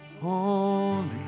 Holy